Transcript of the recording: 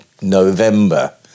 November